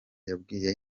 yabwiye